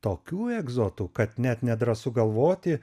tokių egzotų kad net nedrąsu galvoti